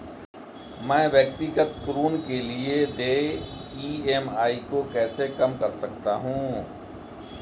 मैं व्यक्तिगत ऋण के लिए देय ई.एम.आई को कैसे कम कर सकता हूँ?